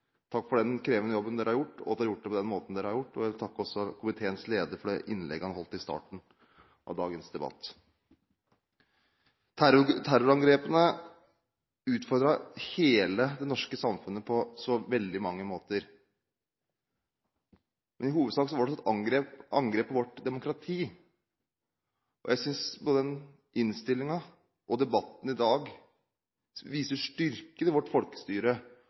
Takk for den krevende jobben komiteen har gjort, og for at den har gjort det på den måten den har gjort. Jeg vil også takke komiteens leder for det innlegget han holdt ved starten av dagens debatt. Terrorangrepene utfordret hele det norske samfunnet på så veldig mange måter, men i hovedsak var det et angrep på vårt demokrati. Jeg synes både innstillingen og debatten i dag viser styrken i vårt folkestyre